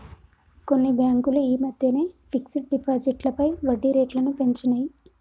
కొన్ని బ్యేంకులు యీ మద్దెనే ఫిక్స్డ్ డిపాజిట్లపై వడ్డీరేట్లను పెంచినియ్